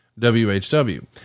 WHW